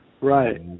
Right